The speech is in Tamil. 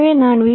எனவே நான் வி